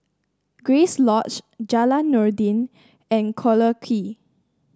Grace Lodge Jalan Noordin and Collyer Quay